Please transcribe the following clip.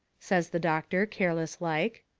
says the doctor, careless-like.